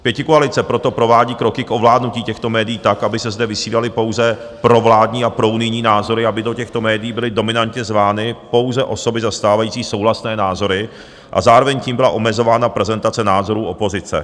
Pětikoalice proto provádí kroky k ovládnutí těchto médií tak, aby se zde vysílaly pouze provládní a prounijní názory, aby do těchto médií byly dominantně zvány pouze osoby zastávající souhlasné názory a zároveň tím byla omezována prezentace názorů opozice.